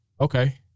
okay